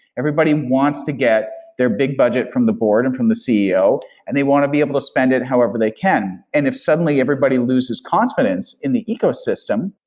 everybody wants to get their big-budget from the board and from the ceo and they want to be able to spend it however they can. and if suddenly everybody loses confidence in the ecosystem,